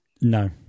no